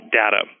data